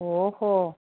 ओ हो